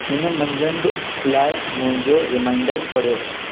हिन मंझंदि लाइ मुंहिंजो रिमाईंडर पढ़ियो